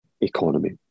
economy